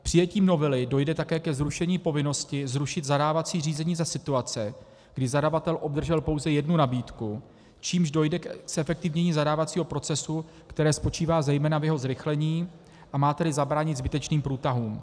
Přijetím novely dojde také ke zrušení povinnosti zrušit zadávací řízení za situace, kdy zadavatel obdržel pouze jednu nabídku, čímž dojde ke zefektivnění zadávacího procesu, které spočívá zejména v jeho zrychlení, a má tedy zabránit zbytečným průtahům.